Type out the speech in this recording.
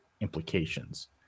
implications